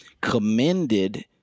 commended